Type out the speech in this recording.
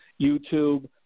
YouTube